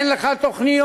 אין לך תוכניות,